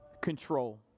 control